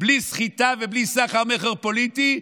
בלי סחיטה ובלי סחר-מכר פוליטי,